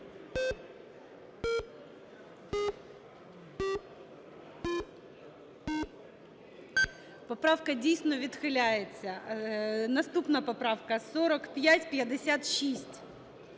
Поправка, дійсно, відхиляється. Наступна поправка 4556.